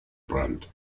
brandt